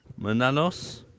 Mananos